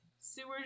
sewers